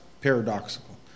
paradoxical